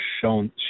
shown